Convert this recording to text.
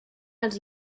els